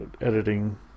editing